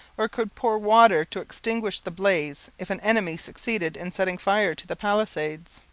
or could pour water to extinguish the blaze if an enemy succeeded in setting fire to the palisades.